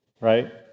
right